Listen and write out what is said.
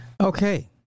okay